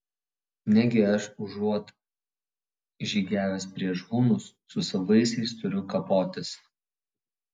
negi aš užuot žygiavęs prieš hunus su savaisiais turiu kapotis